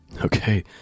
Okay